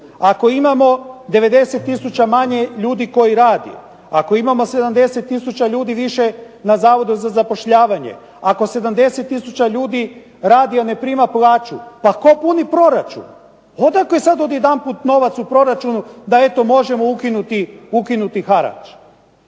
ako imamo 90 tisuća manje ljudi koji rade, ako imamo 70 tisuća ljudi više na Zavodu za zapošljavanje, ako 70 tisuća ljudi radi a ne prima plaću. Pa tko puni proračun? Odakle sada odjedanput novac u proračunu da možemo ukinuti harač?